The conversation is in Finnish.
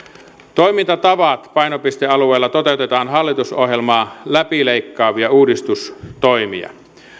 toimintatavat painopistealueella toteutetaan hallitusohjelmaa läpileikkaavia uudistustoimia